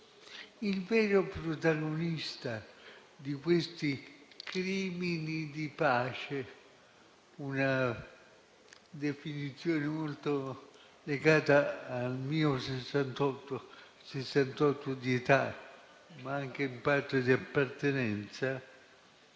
Il vero protagonista di questi "crimini di pace", una definizione molto legata al mio 1968, di età ma anche in parte di appartenenza,